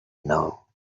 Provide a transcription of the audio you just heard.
know